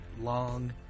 long